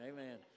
Amen